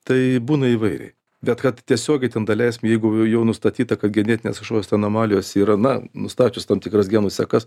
tai būna įvairiai bet kad tiesiogiai ten daleiskim jeigu jau nustatyta kad genetinės kažkokios tai anomalijos yra na nustačius tam tikras genų sekas